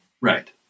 right